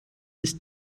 ist